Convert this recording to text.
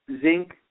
Zinc